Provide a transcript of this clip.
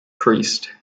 priest